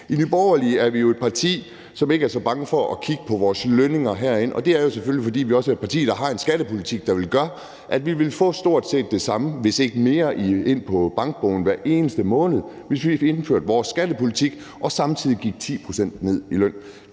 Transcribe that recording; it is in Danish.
I Nye Borgerlige er vi jo et parti, som ikke er så bange for at kigge på vores lønninger herinde, og det er selvfølgelig, fordi vi også er et parti, der har en skattepolitik, der vil gøre, at vi ville få stort set det samme, hvis ikke mere, ind på bankbogen hver eneste måned, hvis vi fik indført vores skattepolitik og samtidig gik 10 pct. ned i løn.